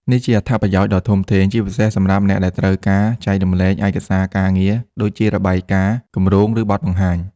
នេះជា អត្ថប្រយោជន៍ដ៏ធំធេង ជាពិសេសសម្រាប់អ្នកដែលត្រូវការ ចែករំលែកឯកសារការងារ ដូចជារបាយការណ៍ គម្រោង ឬបទបង្ហាញ។